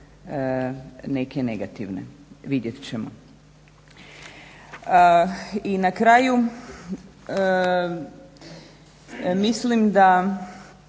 neke negativne, vidjet ćemo. I na kraju, mislim da